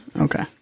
Okay